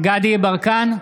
יברקן,